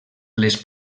les